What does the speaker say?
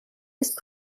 ist